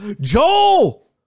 Joel